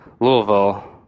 Louisville